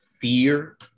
fear